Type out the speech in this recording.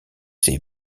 c’est